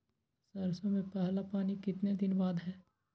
सरसों में पहला पानी कितने दिन बाद है?